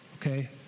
Okay